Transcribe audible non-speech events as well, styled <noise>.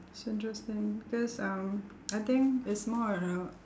it's interesting because um <noise> I think it's more on a